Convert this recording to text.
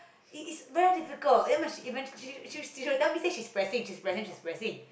is is very difficult then whe~ even she she she will tell me she is pressing she's pressing she's pressing